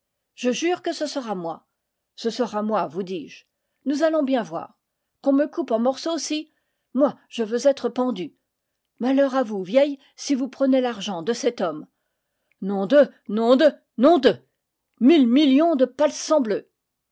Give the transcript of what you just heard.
je jure que ce sera moi ce sera moi vous dis-je nous allons bien voir qu'on me coupe en morceaux si moi je veux être pendu malheur à vous vieille si vous prenez l'argent de cet homme nom de nom de nom de mille millions de